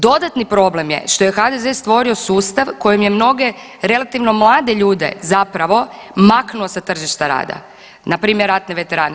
Dodatni problem je što je HDZ stvorio sustav kojim je mnoge relativno mlade ljude zapravo maknuo sa tržišta rada npr. ratne veterane.